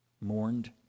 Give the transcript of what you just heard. mourned